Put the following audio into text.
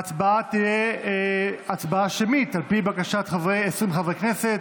ההצבעה תהיה הצבעה שמית, על פי בקשת 20 חברי כנסת.